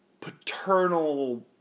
paternal